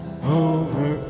over